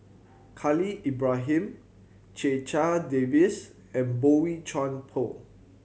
Khalil Ibrahim Checha Davies and Boey Chuan Poh